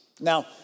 Now